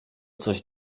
coś